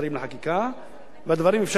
והדברים, אפשר לבדוק אותם, שאישרתי